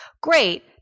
great